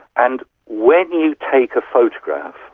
and when you take a photograph,